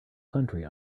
country